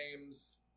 name's